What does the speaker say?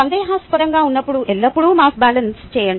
సందేహాస్పదంగా ఉన్నప్పుడు ఎల్లప్పుడూ mass balance చేయండి